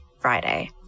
Friday